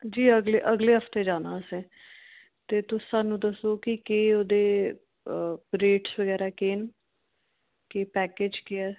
जी अगले अगले हफ्ते जाना असें ते तुस सानू दस्सो कि केह् ओह्दे रेट्स बगैरा केह् न केह् पैकेज केह् ऐ